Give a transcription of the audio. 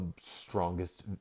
strongest